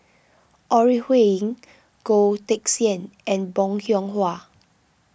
Ore Huiying Goh Teck Sian and Bong Hiong Hwa